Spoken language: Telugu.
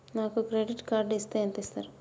నాకు క్రెడిట్ కార్డు ఇస్తే ఎంత ఇస్తరు?